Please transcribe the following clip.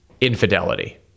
infidelity